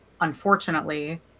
unfortunately